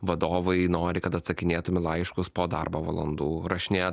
vadovai nori kad atsakinėtum į laiškus po darbo valandų rašinėja